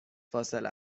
فاصله